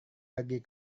pergi